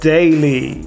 Daily